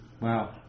Wow